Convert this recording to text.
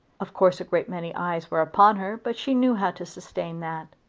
of course a great many eyes were upon her, but she knew how to sustain that.